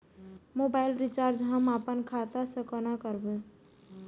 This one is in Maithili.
मोबाइल रिचार्ज हम आपन खाता से कोना करबै?